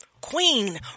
Queen